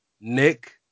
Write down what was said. Nick